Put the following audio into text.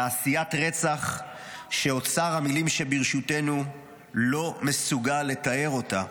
תעשיית רצח שאוצר המילים שברשותנו לא מסוגל לתארה,